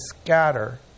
scatter